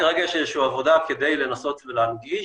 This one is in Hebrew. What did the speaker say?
כרגע יש איזו שהיא עבודה כדי לנסות ולהנגיש.